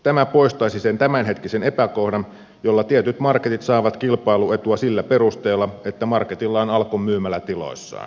tämä poistaisi sen tämänhetkisen epäkohdan jolla tietyt marketit saavat kilpailuetua sillä perusteella että marketilla on alko myymälätiloissaan